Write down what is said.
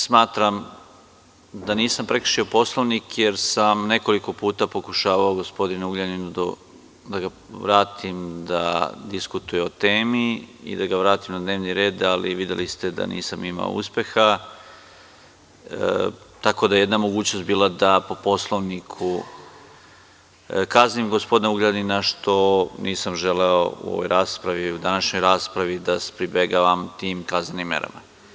Smatram da nisam prekršio Poslovnik jer sam nekoliko puta pokušavao gospodin Ugljanina da vratim da diskutuje o temi i da ga vratim na dnevni red, ali videli ste da nisam imao uspeha, tako da je jedina mogućnost bila da, po Poslovniku, kaznim gospodina Ugljanina, ali nisam želeo u ovoj današnjoj raspravi da pribegavam tim kaznenim merama.